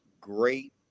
great